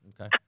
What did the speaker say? Okay